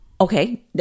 Okay